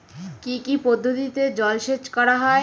কি কি পদ্ধতিতে জলসেচ করা হয়?